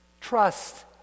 Trust